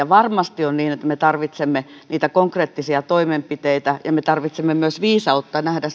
varmasti on niin että me tarvitsemme niitä konkreettisia toimenpiteitä ja me tarvitsemme myös viisautta nähdä